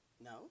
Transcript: No